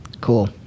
Cool